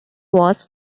was